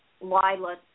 Lila